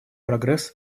прогресс